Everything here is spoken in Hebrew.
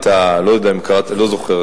אני לא זוכר,